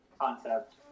concept